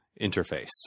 interface